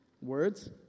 Words